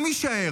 אם יישאר,